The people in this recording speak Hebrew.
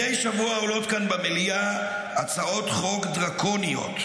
מדי שבוע עולות כאן במליאה הצעות חוק דרקוניות,